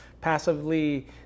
passively